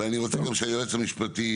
הגשת בקשה היא במקום אחד,